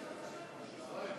יודע,